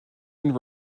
and